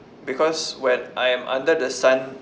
because when I am under the sun